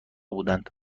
بودند